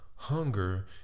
hunger